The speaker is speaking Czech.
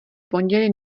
pondělí